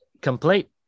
complete